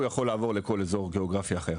הוא יכול לעבור לכל אזור גיאוגרפי אחר.